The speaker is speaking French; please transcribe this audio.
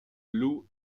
lou